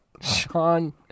Sean